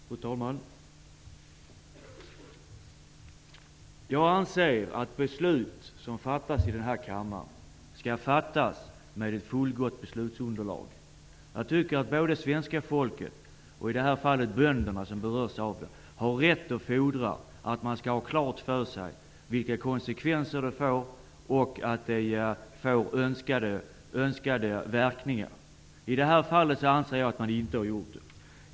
Fru talman! Jag anser att beslut som fattas i denna kammare skall fattas med fullgott beslutsunderlag. Svenska folket som berörs av det, i detta fall särskilt bönderna, har rätt att fordra att man har klart för sig vilka konsekvenser ett beslut får och att det får önskade verkningar. Jag anser att man inte har gjort det i detta fall.